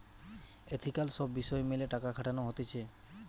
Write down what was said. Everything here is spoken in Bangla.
এথিকাল সব বিষয় মেলে টাকা খাটানো হতিছে